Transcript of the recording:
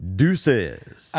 Deuces